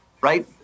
right